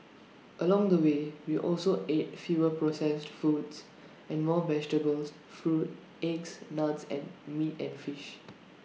along the way we also ate fewer processed foods and more vegetables fruit eggs nuts and meat and fish